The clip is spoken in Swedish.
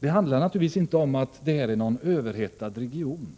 Det är inte fråga om att detta är en överhettad region.